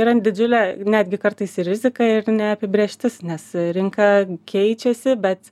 yra didžiulė netgi kartais ir rizika ir neapibrėžtis nes rinka keičiasi bet